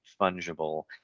fungible